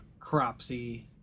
cropsy